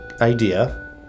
idea